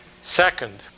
Second